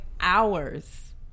hours